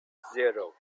zero